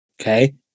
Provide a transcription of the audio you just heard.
Okay